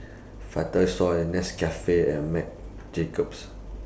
Vitasoy Nescafe and Marc Jacobs